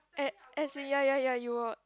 as as in ya ya ya you were